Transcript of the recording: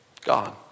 God